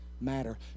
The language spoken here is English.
matter